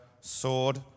sword